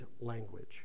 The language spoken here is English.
language